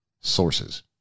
Sources